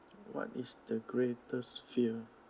what is the greatest fear